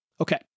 Okay